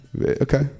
Okay